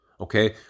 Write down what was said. okay